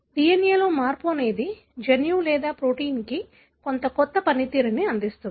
DNA లో మార్పు అనేది జన్యువు లేదా ప్రోటీన్కు కొంత కొత్త పనితీరును అందిస్తుంది